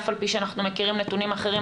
אף על פי שאנחנו מכירים נתונים אחרים.